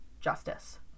justice